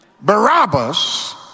Barabbas